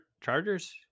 Chargers